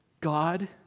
God